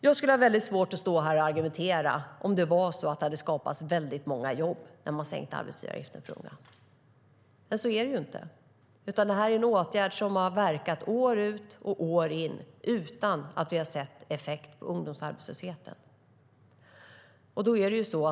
Jag skulle ha svårt att stå här och argumentera om det hade skapats väldigt många jobb när man sänkte arbetsgivaravgiften för unga. Men så är det ju inte, utan det här är en åtgärd som har verkat år ut och år in utan att vi har sett någon effekt på ungdomsarbetslösheten.